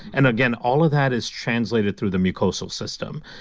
and again, all of that is translated through the mucosal system.